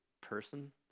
person